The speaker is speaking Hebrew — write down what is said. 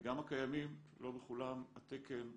וגם הקיימים, לא בכולם התקן,